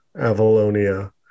Avalonia